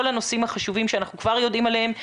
הנושאים החשובים שאנחנו כבר יודעים עליהם.